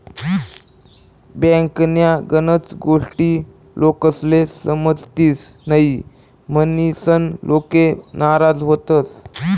बँकन्या गनच गोष्टी लोकेस्ले समजतीस न्हयी, म्हनीसन लोके नाराज व्हतंस